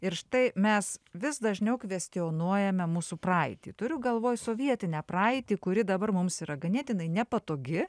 ir štai mes vis dažniau kvestionuojame mūsų praeitį turiu galvoj sovietinę praeitį kuri dabar mums yra ganėtinai nepatogi